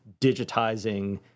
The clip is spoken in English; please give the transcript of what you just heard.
digitizing